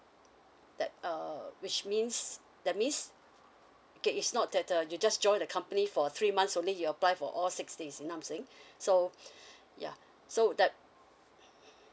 that err which means that means okay is not that err you just joined the company for three months only you apply for all six days you know what I'm saying so yeah so that